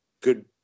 good